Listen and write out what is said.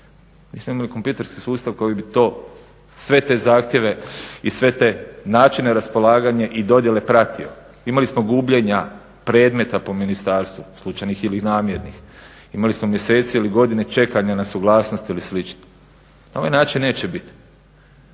Nismo imali kompjuterski sustav koji bi to sve te zahtjeve i sve te načine raspolaganja i dodjele pratio. Imali smo gubljenja predmeta po ministarstvu, slučajnih ili namjernih, imali smo mjesece ili godine čekanja na suglasnost ili slično. Na ovaj način neće biti.